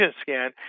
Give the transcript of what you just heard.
scan